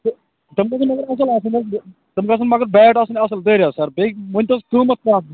تِم گَژھن مگر بیٹ آسٕنۍ اصٕل دٔرۍ حظ سر بیٚیہِ ؤنتو حظ قۭمت